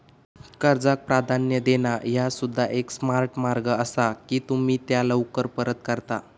कर्जाक प्राधान्य देणा ह्या सुद्धा एक स्मार्ट मार्ग असा की तुम्ही त्या लवकर परत करता